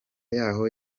yaho